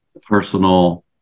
personal